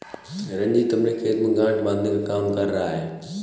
रंजीत अपने खेत में गांठ बांधने का काम कर रहा है